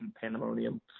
pandemonium